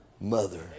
mother